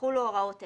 "יחולו הוראות אלה: